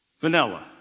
vanilla